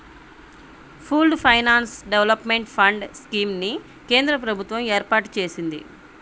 pooled finance development fund scheme ని కేంద్ర ప్రభుత్వం ఏర్పాటు చేసింది